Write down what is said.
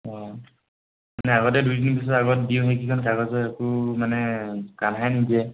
অঁ মানে আগতে দুইদিন পিছৰ আগত দিওঁ সেইকিখন কাগজৰ একো মানে কানসাৰেই নিদিয়ে